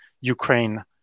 Ukraine